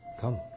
come